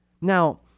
Now